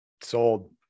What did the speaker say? Sold